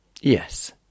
Yes